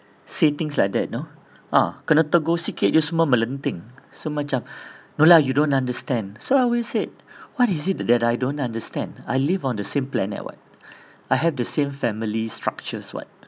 say things like that you know ah kena tegur sikit je semua melenting so macam no lah you don't understand so I will said so what is it that I don't understand I live on the same planet way I have the same family structures [what]